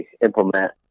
implement